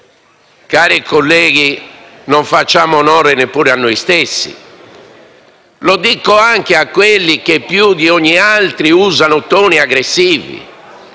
cari colleghi, così non facciamo onore neppure a noi stessi: lo dico anche a quelli che più di ogni altro usano toni aggressivi.